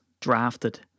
drafted